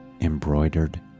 embroidered